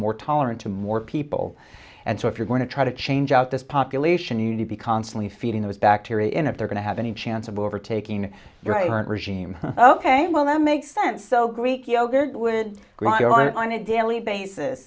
more tolerant to more people and so if you're going to try to change out this population you to be constantly feeding those bacteria in if they're going to have any chance of overtaking regime ok well that makes sense so greek yogurt would grow on a daily basis